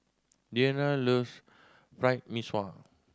Deanna loves Fried Mee Sua